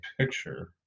picture